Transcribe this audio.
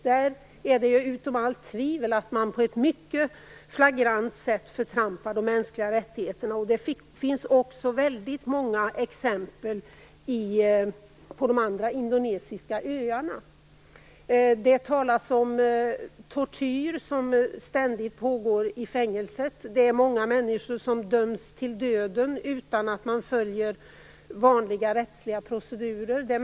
Det är utom allt tvivel att man där på ett ytterst flagrant sätt förtrampar de mänskliga rättigheterna. Det finns många exempel på det också på de andra indonesiska öarna. Det talas om att tortyr ständigt pågår i fängelset. Många människor döms till döden utan att vanliga rättsliga procedurer följs.